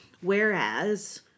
Whereas